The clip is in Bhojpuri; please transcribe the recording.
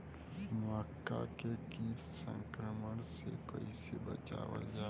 मक्का के कीट संक्रमण से कइसे बचावल जा?